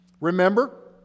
Remember